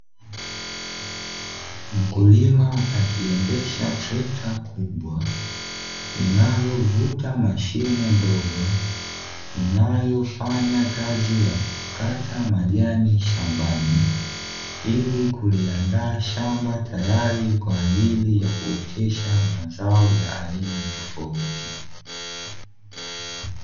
Mkulima akiendesha treta kubwa linalovuta mashine ndogo, inayofanya kazi ya kukata majani shambani Ili kuliandaa shamba tayari kwa ajili ya kuotesha mazao ya aina tofauti.